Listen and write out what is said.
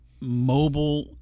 mobile